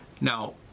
Now